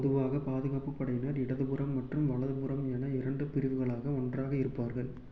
பொதுவாக பாதுகாப்புப் படையினர் இடதுபுறம் மற்றும் வலதுபுறம் என இரண்டு பிரிவுகளாக ஒன்றாக இருப்பார்கள்